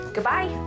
Goodbye